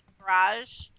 garage